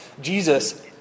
Jesus